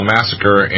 Massacre